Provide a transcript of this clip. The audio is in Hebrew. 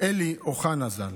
אלי אוחנה ז"ל,